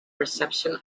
reception